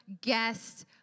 guest